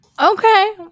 Okay